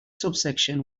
subsection